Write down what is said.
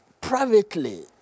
privately